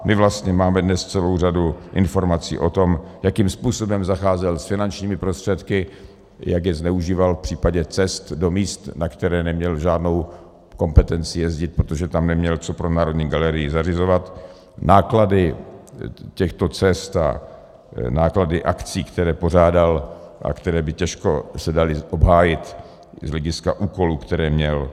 My vlastně máme dnes celou řadu informací o tom, jakým způsobem zacházel s finančními prostředky, jak je zneužíval v případě cest do míst, na které neměl žádnou kompetenci jezdit, protože tam neměl co pro Národní galerii zařizovat, náklady těchto cest a náklady akcí, které pořádal a které by se daly těžko obhájit z hlediska úkolů, které měl.